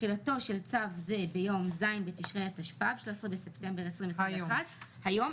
4.תחילה תחילתו של צו זה ביום ז' בתשרי התשפ"ב (13 בספטמבר 2021). היום.